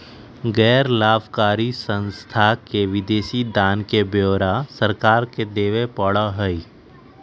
गैर लाभकारी संस्था के विदेशी दान के ब्यौरा सरकार के देवा पड़ा हई